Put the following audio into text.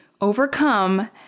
overcome